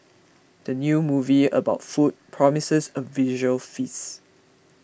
the new movie about food promises a visual feast